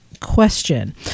question